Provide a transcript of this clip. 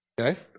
Okay